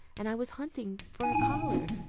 and i was hunting for a collar,